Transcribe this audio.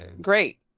great